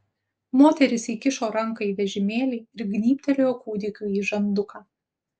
moteris įkišo ranką į vežimėlį ir gnybtelėjo kūdikiui į žanduką